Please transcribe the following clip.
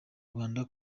rwanda